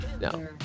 No